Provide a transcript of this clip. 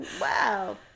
Wow